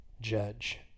judge